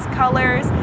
colors